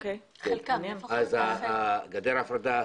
גדר ההפרדה,